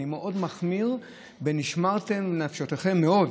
אני מאוד מחמיר בנשמרתם לנפשותיכם מאוד.